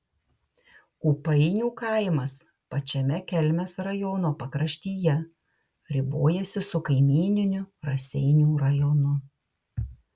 ūpainių kaimas pačiame kelmės rajono pakraštyje ribojasi su kaimyniniu raseinių rajonu